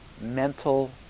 mental